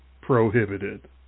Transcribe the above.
prohibited